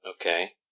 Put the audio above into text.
Okay